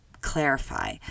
clarify